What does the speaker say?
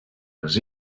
les